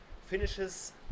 finishes